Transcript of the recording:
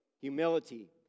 Humility